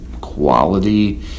quality